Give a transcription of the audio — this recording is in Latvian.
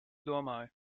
domāju